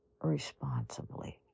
responsibly